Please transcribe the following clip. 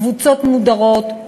קבוצות מודרות,